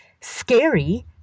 scary